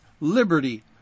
liberty